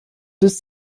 des